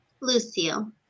Lucille